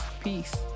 Peace